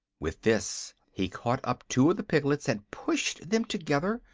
with this he caught up two of the piglets and pushed them together,